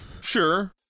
Sure